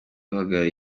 uhagarariye